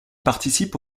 participe